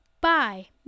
bye